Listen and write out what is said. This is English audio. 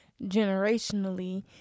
generationally